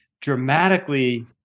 dramatically